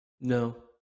No